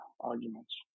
arguments